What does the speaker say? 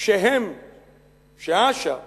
שאש"ף